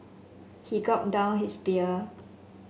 he gulped down his beer